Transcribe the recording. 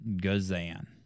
Gazan